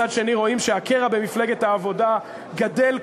מצד שני רואים שהקרע במפלגת העבודה גדל,